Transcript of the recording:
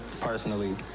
personally